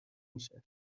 میشه